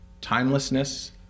timelessness